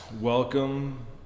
Welcome